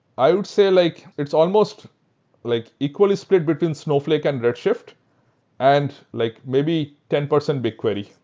i would say like it's almost like equally spread between snowflake and red shift and like maybe ten percent bigquery.